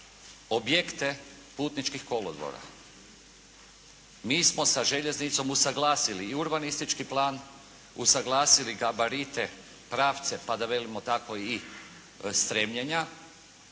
objekte putničkih kolodvora. Mi smo sa željeznicom usuglasili i urbanistički plan, usuglasili gabarite, pravce, pa da velimo tako i stremljenja.